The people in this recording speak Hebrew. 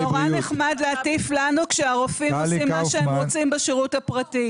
זה נורא נחמד להטיף לנו כשהרופאים עושים מה שהם רוצים בשירות הפרטי.